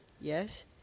yes